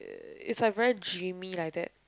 uh it's like very dreamy like that